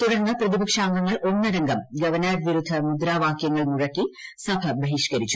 തുടർന്ന് പ്രതിപക്ഷാംഗങ്ങൾ ഒന്നടങ്കം ഗൃഷ്ട്ണ്ർ വിരുദ്ധ മുദ്രാവാക്യങ്ങൾ മുഴക്കി സഭ ബഹിഷ്ക്ക്രിച്ചു